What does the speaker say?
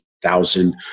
thousand